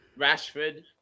Rashford